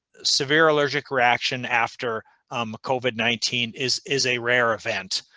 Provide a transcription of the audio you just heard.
severe allergic reaction after um covid nineteen is is a rare event.